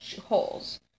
holes